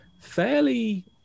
fairly